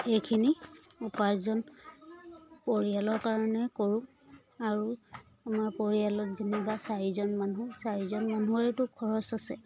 এইখিনি উপাৰ্জন পৰিয়ালৰ কাৰণে কৰো আৰু আমাৰ পৰিয়ালত যেনিবা চাৰিজন মানুহ চাৰিজন মানুহৰেতো খৰচ আছে